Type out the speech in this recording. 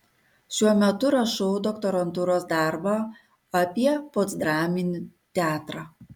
šiuo metu rašau doktorantūros darbą apie postdraminį teatrą